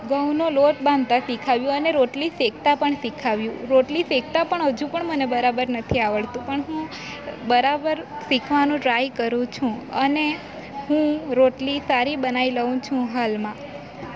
ઘઉંનો લોટ બાંધતા શીખવ્યું અને રોટલી શેકતા પણ શીખવ્યું રોટલી શેકતાં પણ હજુ પણ મને બરાબર નથી આવડતું પણ હું બરાબર શીખવાની ટ્રાઈ કરું છું અને હું રોટલી સારી બનાવી લઉં છું હાલમાં